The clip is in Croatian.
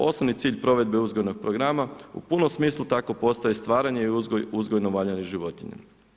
Osnovni cilj provedbe uzgojnog programa, u punom smislu, tako postoji stvaranje i uzgojno valjanih životinja.